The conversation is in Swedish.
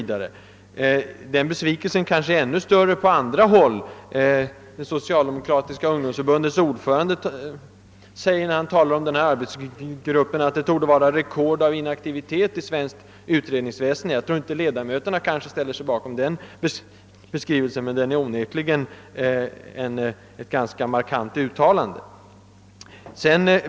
Den besvikelsen kanske är ännu större på andra håll; det socialdemokratiska ungdomsförbundets ordförande säger beträffande denna arbetsgrupp att den torde uppvisa rekord i inaktivitet i svenskt utredningsväsende. Ledamöterna kanske inte ställer sig bakom den beskrivningen, men det är onekligen ett markant uttalande.